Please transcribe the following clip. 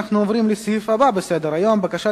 אנחנו עוברים לסעיף הבא בסדר-היום: בקשת